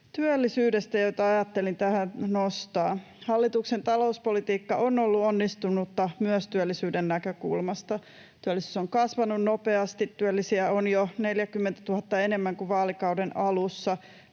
työllisyydestä, joita ajattelin tähän nostaa. Hallituksen talouspolitiikka on ollut onnistunutta myös työllisyyden näkökulmasta. Työllisyys on kasvanut nopeasti. Työllisiä on jo 40 000 enemmän kuin vaalikauden alussa,